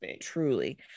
Truly